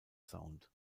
sound